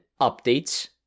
updates